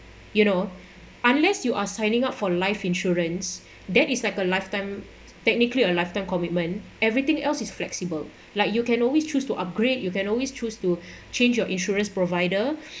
you know unless you are signing up for life insurance that is like a lifetime technically a lifetime commitment everything else is flexible like you can always choose to upgrade you can always choose to change your insurance provider